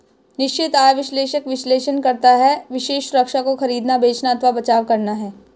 निश्चित आय विश्लेषक विश्लेषण करता है विशेष सुरक्षा को खरीदना, बेचना अथवा बचाव करना है